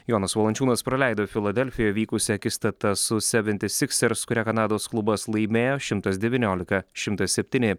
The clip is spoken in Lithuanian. jonas valančiūnas praleido filadelfijoj vykusią akistatą su seventi siksers kurią kanados klubas laimėjo šimtas devyniolika šimtas septyni